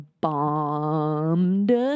bombed